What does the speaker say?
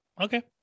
Okay